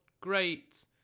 great